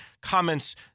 comments